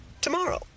tomorrow